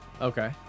Okay